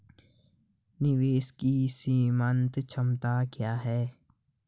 निवेश की सीमांत क्षमता क्या है?